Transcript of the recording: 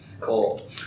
Cool